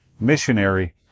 missionary